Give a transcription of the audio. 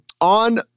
on